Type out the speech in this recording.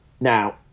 Now